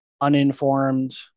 uninformed